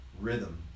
rhythm